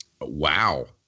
Wow